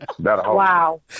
Wow